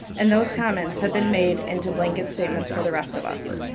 and those comments have been made in to blanket statements for the rest of us.